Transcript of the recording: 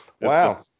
Wow